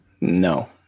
No